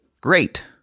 great